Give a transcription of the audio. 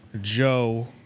Joe